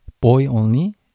boy-only